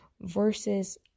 versus